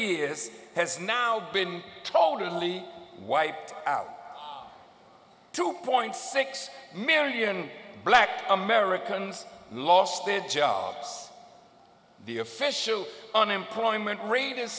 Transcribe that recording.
years has now been totally wiped out two point six million black americans lost their jobs the official unemployment rate is